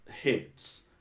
hits